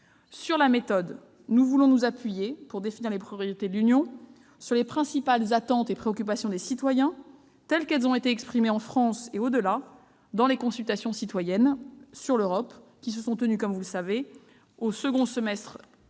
Sur la méthode, nous voulons nous appuyer, pour définir les priorités de l'Union, sur les principales préoccupations et attentes des citoyens, telles qu'elles ont été exprimées, en France et au-delà, dans les consultations citoyennes sur l'Europe qui se sont tenues au second semestre de